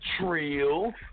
trill